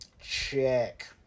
Check